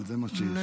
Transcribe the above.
אבל זה מה שיש.